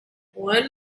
one